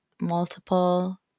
multiple